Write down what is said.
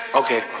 okay